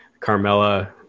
Carmella